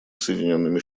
соединенными